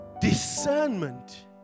Discernment